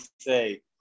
say